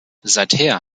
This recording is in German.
seither